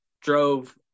drove